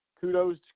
kudos